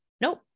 nope